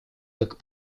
как